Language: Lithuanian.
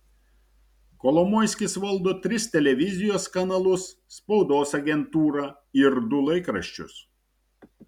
kolomoiskis valdo tris televizijos kanalus spaudos agentūrą ir du laikraščius